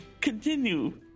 continue